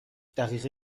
دقیقه